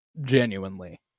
genuinely